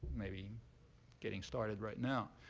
maybe getting started right now.